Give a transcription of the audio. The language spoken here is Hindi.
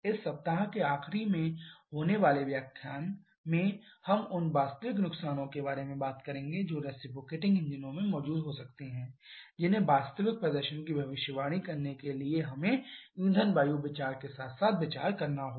इस सप्ताह के आखिरी में होने वाले अगले व्याख्यान में हम उन वास्तविक नुकसानों के बारे में बात करेंगे जो रिसिप्रोकेटिंग इंजनों में मौजूद हो सकते हैं जिन्हें वास्तविक प्रदर्शन की भविष्यवाणी करने के लिए हमें ईंधन वायु विचार के साथ साथ विचार करना होगा